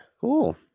Cool